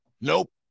Nope